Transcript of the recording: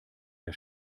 der